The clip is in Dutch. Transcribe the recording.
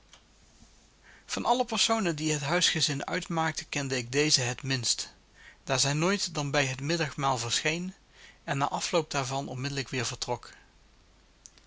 van alle personen die het huisgezin uitmaakten kende ik deze het minst daar zij nooit dan bij het middagmaal verscheen en na afloop daarvan onmiddellijk weer vertrok